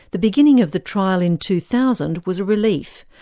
the beginning of the trial in two thousand was a relief,